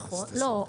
לא,